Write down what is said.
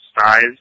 size